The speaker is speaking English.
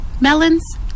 melons